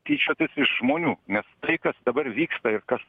tyčiotis iš žmonių nes tai kas dabar vyksta ir kas